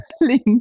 link